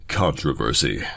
controversy